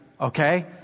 okay